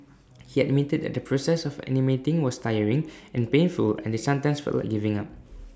he admitted that the process of animating was tiring and painful and they sometimes felt like giving up